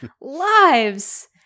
lives